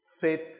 Faith